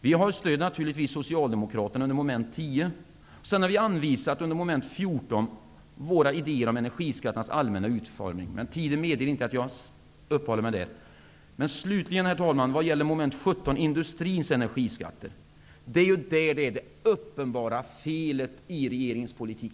Vi stöder naturligtvis socialdemokraterna under mom. 10. Under mom. 14 har vi anvisat våra idéer om energiskatternas allmänna utformning, men tiden medger inte att jag uppehåller mig vid det. Slutligen, i mom. 17 om industrins energiskatter finns det uppenbara felet i regeringens politik.